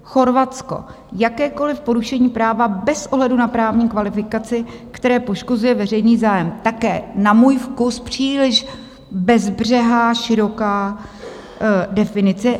Chorvatsko jakékoliv porušení práva bez ohledu na právní kvalifikaci, které poškozuje veřejný zájem, také na můj vkus příliš bezbřehá široká definice.